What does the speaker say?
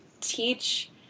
teach